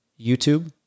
YouTube